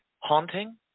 Haunting